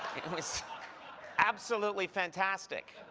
it was absolutely fantastic.